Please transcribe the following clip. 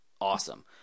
awesome